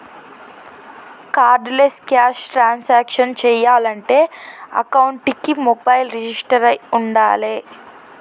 cardless cash transactions చెయ్యాలంటే అకౌంట్కి mobile register అయ్యి వుండాలే